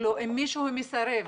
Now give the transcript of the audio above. אם מישהו מסרב.